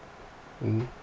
mmhmm